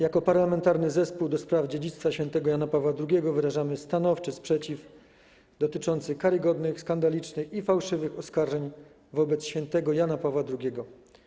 Jako Parlamentarny Zespół ds. Dziedzictwa Świętego Jana Pawła II wyrażamy stanowczy sprzeciw dotyczący karygodnych, skandalicznych i fałszywych oskarżeń wobec św. Jana Pawła II.